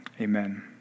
Amen